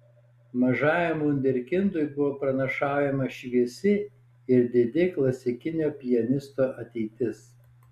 mažajam vunderkindui buvo pranašaujama šviesi ir didi klasikinio pianisto ateitis